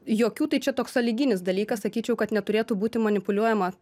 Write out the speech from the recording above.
jokių tai čia toks salyginis dalykas sakyčiau kad neturėtų būti manipuliuojama